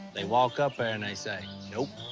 they walk up there and they say, nope.